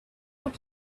what